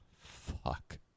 Fuck